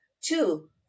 Two